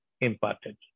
imparted